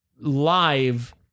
live